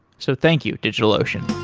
so thank you, digitalocean